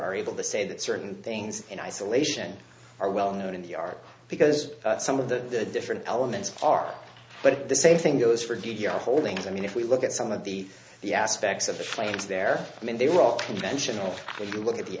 are able to say that certain things in isolation are well known in the art because some of the different elements are but the same thing goes for good your holdings i mean if we look at some of the the aspects of the trades there i mean they were all conventional if you look at the